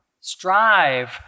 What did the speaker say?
Strive